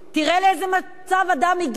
תראה לאיזה מצב אדם הגיע.